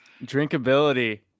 Drinkability